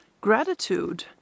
gratitude